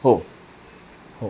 हो हो